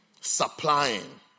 supplying